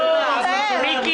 מוטי?